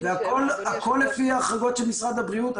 זה הכול לפי ההחרגות של משרד הבריאות.